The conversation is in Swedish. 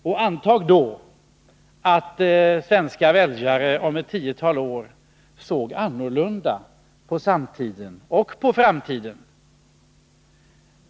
Och antag då att svenska väljare om ett tiotal år såg annorlunda på samtiden och på framtiden.